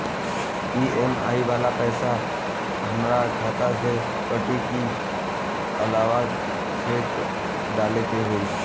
EMI वाला पैसा हाम्रा खाता से कटी की अलावा से डाले के होई?